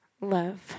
love